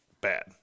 bad